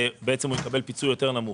ובעצם הוא יקבל פיצוי יותר נמוך.